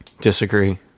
disagree